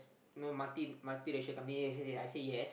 no multi multi racial companies yes yes yes I say yes